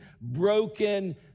broken